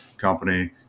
company